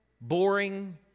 boring